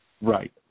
Right